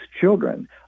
children